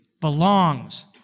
belongs